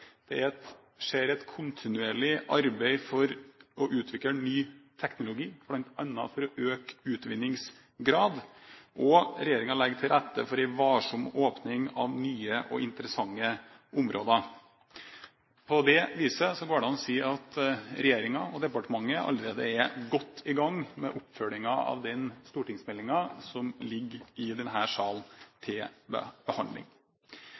kartlagte ressurser. Det skjer et kontinuerlig arbeid for å utvikle ny teknologi, bl.a. for å øke utvinningsgraden, og regjeringen legger til rette for en varsom åpning av nye og interessante områder. På det viset går det an å si at regjeringen og departementet allerede er godt i gang med oppfølgingen av den stortingsmeldingen som ligger til behandling i